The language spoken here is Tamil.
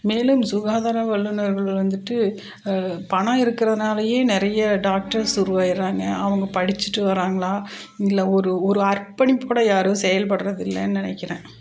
மேலும் சுகாதார வல்லுநர்கள் வந்துவிட்டு பணம் இருக்கிறதுனாலையே நிறைய டாக்டர்ஸ் உருவாகிடுறாங்க அவங்க படிச்சுட்டு வர்றாங்களா இல்லை ஒரு ஒரு அர்பணிப்போடு யாரும் செயல்படுறதில்லைன்னு நினைக்குறேன்